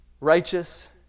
righteous